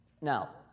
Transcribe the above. Now